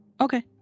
Okay